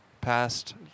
past